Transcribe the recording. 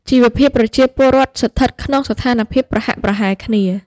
ជីវភាពប្រជាពលរដ្ឋស្ថិតក្នុងស្ថានភាពប្រហាក់ប្រហែលគ្នា។